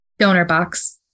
DonorBox